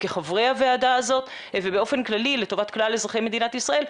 כחברי הוועדה הזאת ובאופן כללי לטובת כלל אזרחי מדינת ישראל,